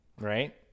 right